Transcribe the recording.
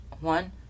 One